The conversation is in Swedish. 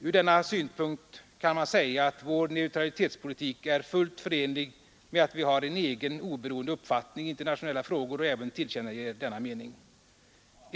Ur denna synpunkt kan man säga att vår neutralitetspolitik är fullt förenlig med att vi har en egen oberoende uppfattning i internationella frågor och även tillkännager denna mening.